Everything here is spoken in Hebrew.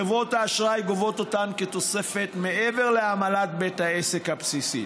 חברות האשראי גובות אותן כתוספות מעבר לעמלת בית העסק הבסיסית.